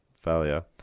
failure